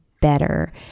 Better